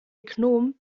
gnom